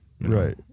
Right